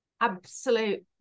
Absolute